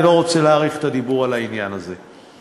אני לא רוצה להאריך את הדיבור על העניין הזה.